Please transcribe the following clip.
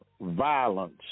violence